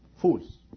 Fools